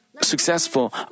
successful